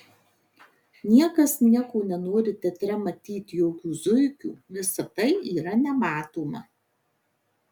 niekas nieko nenori teatre matyt jokių zuikių visa tai yra nematoma